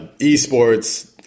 esports